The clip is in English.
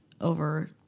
over